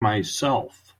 myself